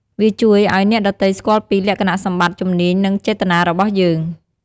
វាជួយឱ្យអ្នកដទៃស្គាល់ពី លក្ខណៈសម្បត្តិ ជំនាញ និងចេតនារបស់យើង ។